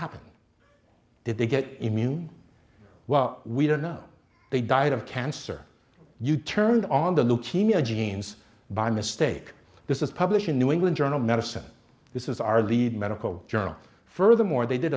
happened did they get immune well we don't know they died of cancer you turned on the leukemia genes by mistake this is published in new england journal of medicine this is our leading medical journal furthermore they did